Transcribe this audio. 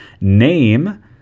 name